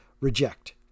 reject